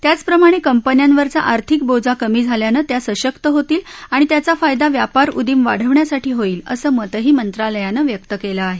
त्याचप्रमाणे कंपन्यांवरचा आर्थिक बोजा कमी झाल्यानं त्या सशक्त होतील आणि त्याचा फायदा व्यापारउदीम वाढवण्यासाठी होईल असं मतही मंत्रालयानं व्यक्त केलं आहे